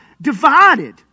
divided